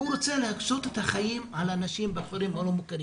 הוא רוצה להקשות את החיים על אנשים בכפרים הלא מוכרים.